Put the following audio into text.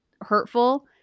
hurtful